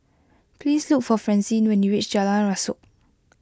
please look for Francine when you reach Jalan Rasok